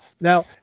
Now